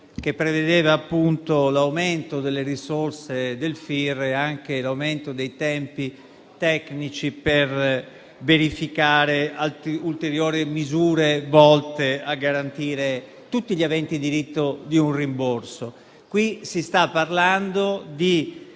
che prevedeva appunto l'aumento delle risorse del Fondo indennizzo risparmiatori (FIR) e anche l'aumento dei tempi tecnici per verificare ulteriori misure volte a garantire tutti gli aventi diritto ad un rimborso. Qui si sta parlando di